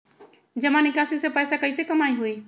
जमा निकासी से पैसा कईसे कमाई होई?